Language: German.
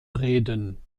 reden